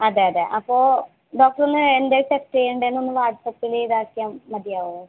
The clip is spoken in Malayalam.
അതെ അതെ അപ്പോൾ ഡോക്ടർ ഒന്ന് എന്താണ് ടെസ്റ്റ് ചെയ്യണ്ടത് എന്നൊന്ന് വാട്സപ്പിൽ ഇതാക്കിയാൽ മതിയാവുമോ